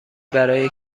برای